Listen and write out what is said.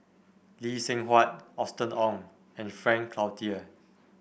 Lee Seng Huat Austen Ong and Frank Cloutier